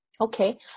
Okay